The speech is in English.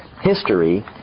history